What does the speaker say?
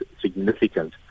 significant